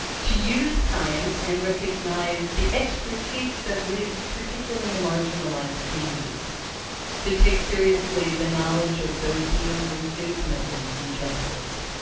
to use science and recognize the expertise that lives particularly in marginalized communities to take seriously the knowledge of those who know most intimately in justice.